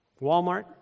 Walmart